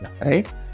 right